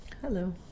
Hello